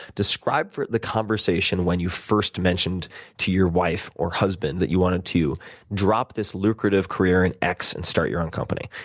describe the conversation when you first mentioned to your wife or husband that you wanted to drop this lucrative career in x and start your own company.